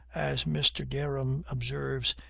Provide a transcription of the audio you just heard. as mr. derham observes,